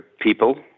people